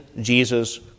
Jesus